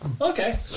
Okay